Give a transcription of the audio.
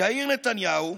יאיר נתניהו,